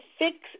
fix